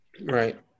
Right